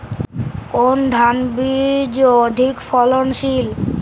কোন ধান বীজ অধিক ফলনশীল?